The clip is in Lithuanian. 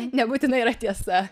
nebūtinai yra tiesa